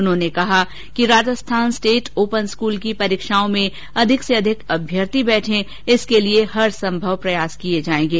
उन्होंने कहा कि राजस्थान स्टेट ओपन स्कूल की परीक्षाओं में अधिक से अधिक अभ्यर्थी बैठे इसके लिए हर संभव प्रयास किए जाएंगे